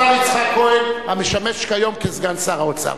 השר יצחק כהן, המשמש כיום כסגן שר האוצר.